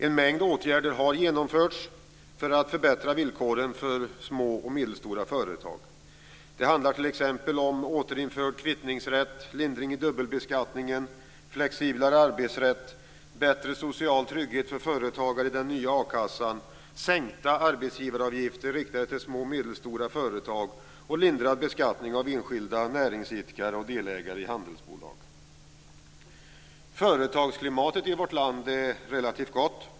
En mängd åtgärder har genomförts för att förbättra villkoren för små och medelstora företag. Det handlar t.ex. om återinförd kvittningsrätt, lindring i dubbelbeskattningen, flexiblare arbetsrätt, bättre social trygghet för företagare i den nya a-kassan, sänkta arbetsgivaravgifter riktade till små och medelstora företag och lindrad beskattning av enskilda näringsidkare och delägare i handelsbolag. Företagsklimatet i vårt land är relativt gott.